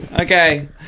Okay